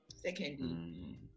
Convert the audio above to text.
secondly